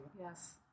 Yes